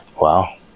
Wow